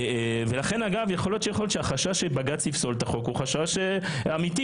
לכן, החשש שבג"ץ יפסול את החוק הוא חשש אמיתי.